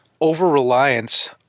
over-reliance